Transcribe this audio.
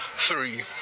three